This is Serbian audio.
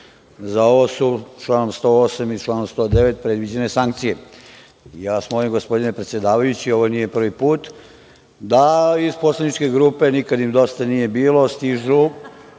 Za ovo su, član 108. i član 109, predviđene sankcije. Ja vas molim, gospodine predsedavajući, ovo nije prvi put da iz poslaničke grupe „nikad im dosta nije bilo“, dok